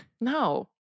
No